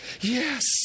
Yes